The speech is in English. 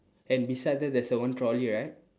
and beside that there's a one trolley right